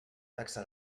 taxa